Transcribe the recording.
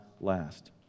last